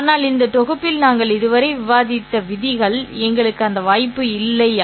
ஆனால் இந்த தொகுப்பில் நாங்கள் இதுவரை விவாதித்த விதிகள் எங்களுக்கு அந்த வாய்ப்பு இல்லை இல்லையா